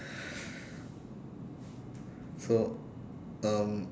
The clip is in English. so um